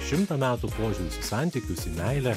šimtą metų požiūris į santykius į meilę